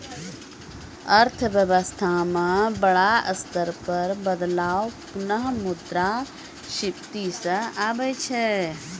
अर्थव्यवस्था म बड़ा स्तर पर बदलाव पुनः मुद्रा स्फीती स आबै छै